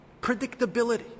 predictability